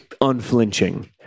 unflinching